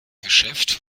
geschäft